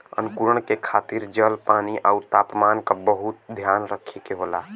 अंकुरण के खातिर जल, पानी आउर तापमान क बहुत ध्यान रखे के होला